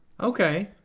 Okay